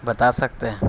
بتا سکتے ہیں